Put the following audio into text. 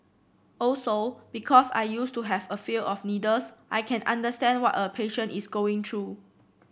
also because I used to have a fear of needles I can understand what a patient is going through